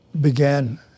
began